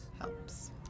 helps